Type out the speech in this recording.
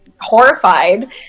horrified